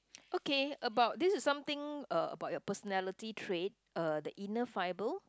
okay about this is something uh about your personality trait uh the inner fibre